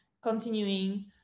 continuing